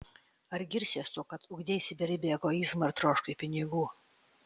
ar girsies tuo kad ugdeisi beribį egoizmą ir troškai pinigų